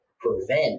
prevent